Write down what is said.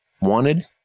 wanted